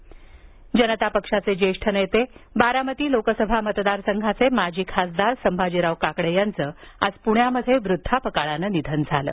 काकडे निधन जनता पक्षाचे ज्येष्ठ नेते बारामती लोकसभा मतदार संघाचे माजी खासदार संभाजीराव काकडे यांचं आज पूण्यात वृध्दापकाळानं निधन झालं